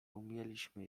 umieliśmy